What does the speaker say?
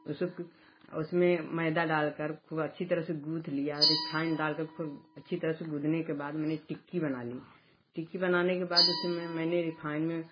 उस पर उस में मैंदा डाल कर पूरा अच्छी तरह से गूंध लिया रिफाइंड डाल कर पूरा अच्छी तरह से गूंधने के बाद मैंने टिक्की बना ली टिक्की बनाने के बाद उस में मैंने